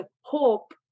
hope